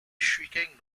shrieking